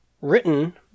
written